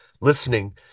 listening